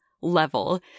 level